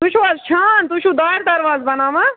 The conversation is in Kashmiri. تُہۍ چھِو حظ چھان تُہۍ چھُو دارِ درواز بناوان